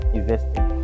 investing